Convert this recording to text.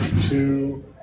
two